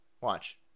Watch